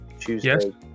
Tuesday